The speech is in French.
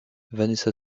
vanessa